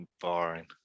Boring